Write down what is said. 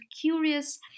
curious